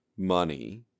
money